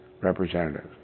representatives